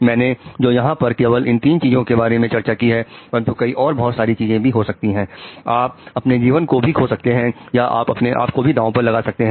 मैंने तो यहां पर केवल इन 3 चीजों के बारे में चर्चा की है परंतु कई और बहुत सारी चीजें भी हो सकती हैं आप अपने जीवन को भी खो सकते हैं या आप अपने आप को भी दांव पर लगा सकते हैं